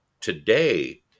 today